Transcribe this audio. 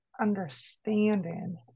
understanding